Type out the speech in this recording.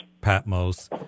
Patmos